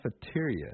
cafeteria